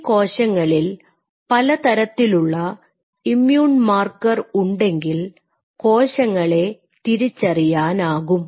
ഈ കോശങ്ങളിൽ പലതരത്തിലുള്ള ഇമ്യൂൺ മാർക്കർ ഉണ്ടെങ്കിൽ കോശങ്ങളെ തിരിച്ചറിയാനാകും